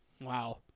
Wow